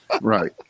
right